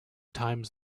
times